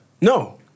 No